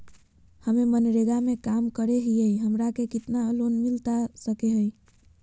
हमे मनरेगा में काम करे हियई, हमरा के कितना लोन मिलता सके हई?